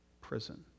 prison